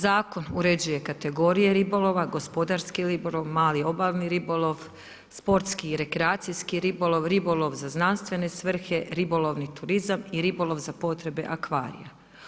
Zakon uređuje kategorije ribolova, gospodarski ribolov, mali obalni ribolov, sportski i rekreacijski ribolov, ribolov za znanstvene svrhe, ribolovni turizam i ribolov za potrebe akvarija.